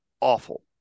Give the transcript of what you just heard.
awful